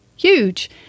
huge